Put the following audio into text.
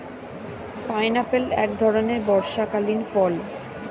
pineapple এক ধরণের বর্ষাকালীন ফল